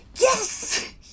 Yes